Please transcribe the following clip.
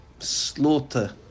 Slaughter